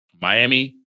Miami